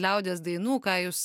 liaudies dainų ką jūs